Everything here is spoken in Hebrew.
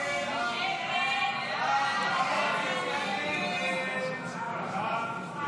44 בעד, 55 נגד.